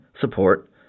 support